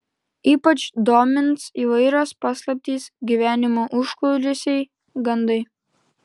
ypač domins įvairios paslaptys gyvenimo užkulisiai gandai